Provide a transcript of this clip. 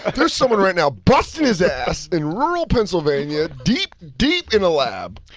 and there's someone right now, busting his ass, in rural pennsylvania, deep, deep in a lab.